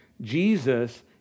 Jesus